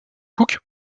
cook